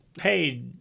hey